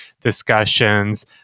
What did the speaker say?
discussions